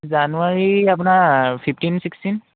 জানুৱাৰী আপোনাৰ fifteen sixteen